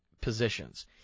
positions